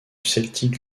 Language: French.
celtic